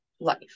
life